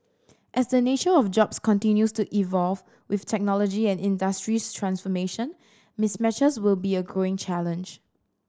as the nature of jobs continues to evolve with technology and industries transformation mismatches will be a growing challenge